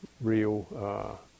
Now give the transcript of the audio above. real